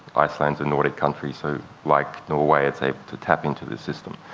iceland's a nordic country, so, like norway, it's able to tap into the system.